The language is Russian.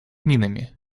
минами